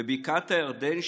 בבקעת הירדן,